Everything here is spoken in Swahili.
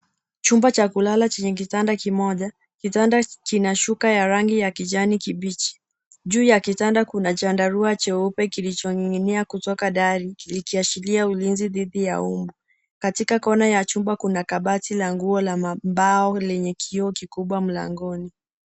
Chumba cha kulala chenye kitanda kimoja. Kitanda kina shuka ya rangi ya kijani kibichi. Juu ya kitanda kuna chandarua cheupe kilichoning'inia kutoka dari likiashiria ulinzi dhidi ya mbu. Katika kona ya chumba kuna kabati la nguo la mbao lenye kioo kikubwa mlangoni.